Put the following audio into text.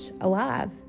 alive